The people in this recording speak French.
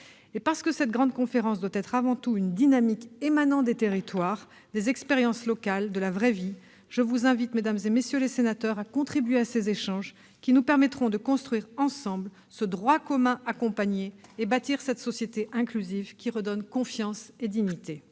Parce que cette grande conférence doit être avant tout une dynamique émanant des territoires, des expériences locales, de la vraie vie, je vous invite, mesdames, messieurs les sénateurs, à contribuer à ces échanges, qui nous permettront de construire ensemble ce « droit commun accompagné » et de bâtir une société inclusive qui redonne confiance et dignité.